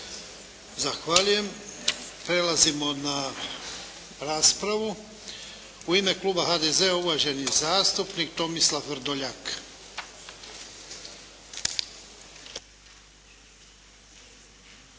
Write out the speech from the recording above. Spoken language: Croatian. Zahvaljujem. Prelazimo na raspravu. U ime kluba HDZ-a uvaženi zastupnik Tomislav Vrdoljak.